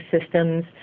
systems